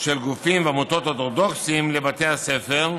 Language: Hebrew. של גופים ועמותות אורתודוקסיים לבתי הספר,